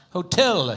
Hotel